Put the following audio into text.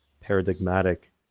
paradigmatic